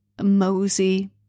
mosey